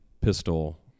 pistol